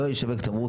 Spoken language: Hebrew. לא ישווק תמרוק,